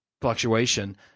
fluctuation